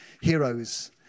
heroes